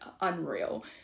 unreal